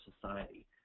society